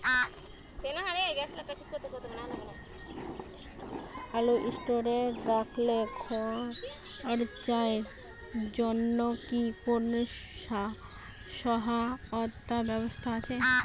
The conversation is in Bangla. আলু স্টোরে রাখতে খরচার জন্যকি কোন সহায়তার ব্যবস্থা আছে?